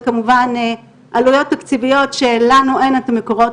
זה כמובן עלויות תקציביות שלנו אין את המקורות